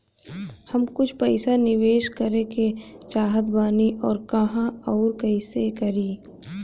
हम कुछ पइसा निवेश करे के चाहत बानी और कहाँअउर कइसे करी?